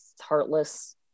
heartless